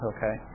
Okay